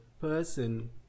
person